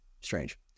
Strange